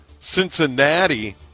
Cincinnati